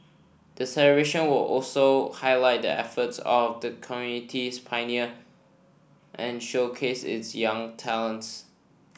the celebration will also highlight the efforts of the community's pioneer and showcase its young talents